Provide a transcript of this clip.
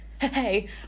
Hey